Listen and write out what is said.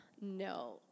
No